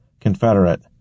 Confederate